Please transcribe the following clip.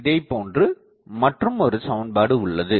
இதைப்போன்றே மற்றும் ஒரு சமன்பாடு உள்ளது